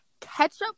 ketchup